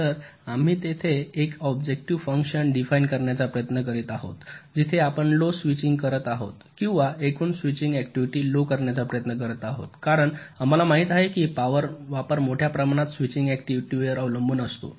तर आम्ही येथे एक ऑब्जेक्टिव्ह फंक्शन डिफाइन करण्याचा प्रयत्न करीत आहोत जिथे आपण लो स्विचिंग करीत आहोत किंवा एकूण स्विचिंग ऍक्टिव्हिटी लो करण्याचा प्रयत्न करीत आहोत कारण आम्हाला माहित आहे की पॉवर वापर मोठ्या प्रमाणात स्विचिंग ऍक्टिव्हिटी वर अवलंबून असतो